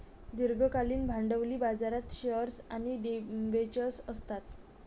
दीर्घकालीन भांडवली बाजारात शेअर्स आणि डिबेंचर्स असतात